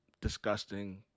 disgusting